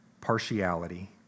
partiality